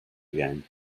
again